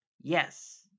Yes